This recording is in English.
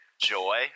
Joy